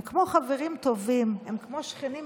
הם כמו חברים טובים, הם כמו שכנים טובים,